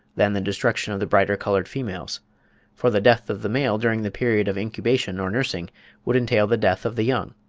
than the destruction of the brighter-coloured females for the death of the male during the period of incubation or nursing would entail the death of the young,